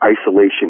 isolation